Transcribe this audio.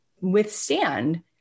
withstand